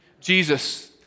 Jesus